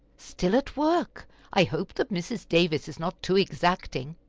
still at work i hope that mrs. davis is not too exacting!